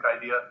idea